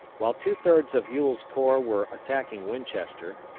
while two-thirds of ewell's corps were attacking winchester,